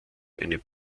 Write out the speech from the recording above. eine